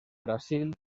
brasil